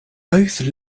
both